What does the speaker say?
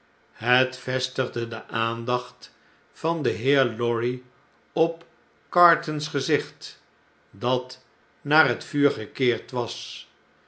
het vestigde de aandacht van den heer lorry op cartons gezicht dat naar het vuur gekeerd was